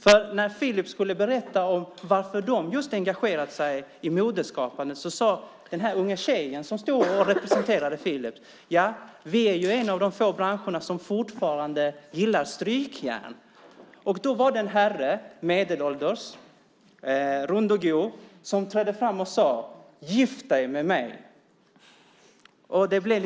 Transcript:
För när Philips skulle berätta om varför de just engagerat sig i modeskapandet sade den unga tjejen som stod och representerade Philips: Vi är ju en av de få branscher som fortfarande gillar strykjärn. Då var det en herre, medelålders, rund och go', som trädde fram och sade: Gift dig med mig! Det blev